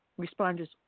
responders